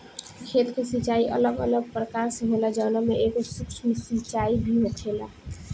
खेत के सिचाई अलग अलग प्रकार से होला जवना में एगो सूक्ष्म सिंचाई भी होखेला